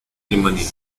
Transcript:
alemania